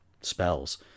spells